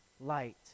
light